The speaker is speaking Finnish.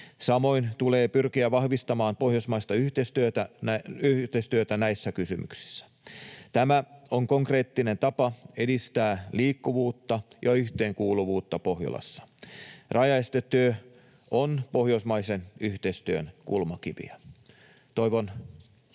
Samoin tulee pyrkiä vahvistamaan pohjoismaista yhteistyötä näissä kysymyksissä. Tämä on konkreettinen tapa edistää liikkuvuutta ja yhteenkuuluvuutta Pohjolassa. Rajaestetyö on pohjoismaisen yhteistyön kulmakiviä. Toivon antoisaa